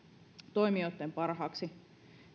toimijoitten parhaaksi